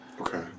okay